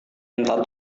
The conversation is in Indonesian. minta